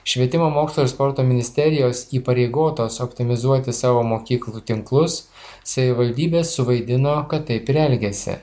švietimo mokslo ir sporto ministerijos įpareigotos optimizuoti savo mokyklų tinklus savivaldybės suvaidino kad taip ir elgiasi